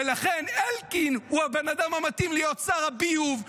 ולכן אלקין הוא הבן אדם המתאים להיות שר הביוב,